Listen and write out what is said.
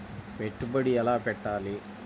పెట్టుబడి ఎలా పెట్టాలి?